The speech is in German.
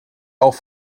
auch